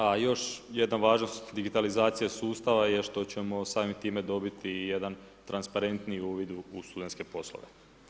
A još jedna važnost digitalizacija sustava, je što ćemo samim time dobiti jedan transparentniji uvid u studenske poslove.